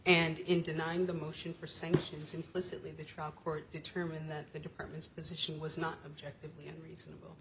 and in denying the motion for sanctions implicitly the trial court determined that the department's position was not objectively reasonable